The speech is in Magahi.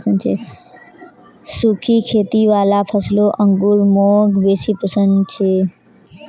सुखी खेती वाला फलों अंगूर मौक बेसी पसन्द छे